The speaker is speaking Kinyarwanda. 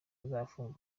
azafunga